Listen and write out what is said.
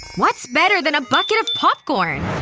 what's better than a bucket of popcorn?